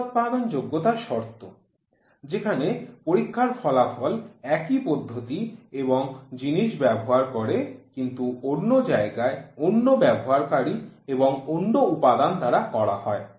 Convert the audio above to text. পুনরুৎপাদন যোগ্যতার শর্ত যেখানে পরীক্ষার ফলাফল একই পদ্ধতি এবং জিনিস ব্যবহার করে কিন্তু অন্য জায়গায় অন্য ব্যবহারকারী এবং অন্য উপাদান দ্বারা করা হয়